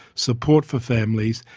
support for families,